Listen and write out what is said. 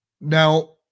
Now